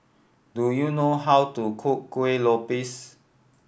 do you know how to cook Kueh Lopes